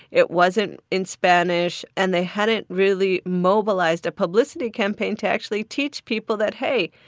it wasn't in spanish. and they hadn't really mobilized a publicity campaign to actually teach people that, hey,